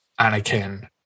Anakin